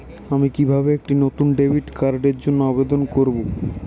আমি কিভাবে একটি নতুন ডেবিট কার্ডের জন্য আবেদন করব?